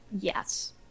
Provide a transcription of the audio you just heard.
Yes